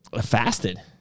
fasted